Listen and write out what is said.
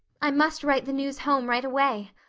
i must write the news home right away.